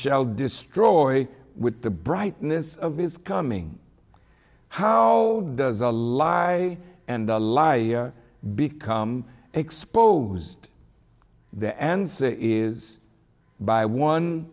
shall destroy with the brightness of his coming how does a lie and a lie become exposed the answer is by one